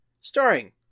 Starring